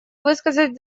высказать